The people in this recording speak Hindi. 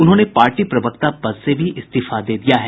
उन्होंने पार्टी प्रवक्ता पद से भी इस्तीफा दे दिया है